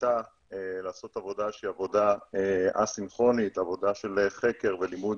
כיתה ולעשות עבודה א-סינכרונית של לימוד